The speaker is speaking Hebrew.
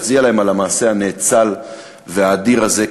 להצדיע להם על המעשה הנאצל והאדיר הזה,